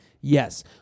Yes